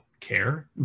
care